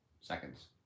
seconds